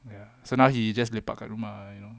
ya so now he just lepak kat rumah you know